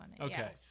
okay